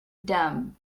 dumb